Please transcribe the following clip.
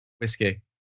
Whiskey